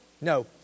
no